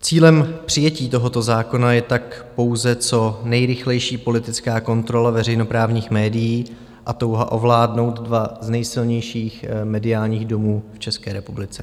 Cílem přijetí tohoto zákona je tak pouze co nejrychlejší politická kontrola veřejnoprávních médií a touha ovládnout dva z nejsilnějších mediálních domů v České republice.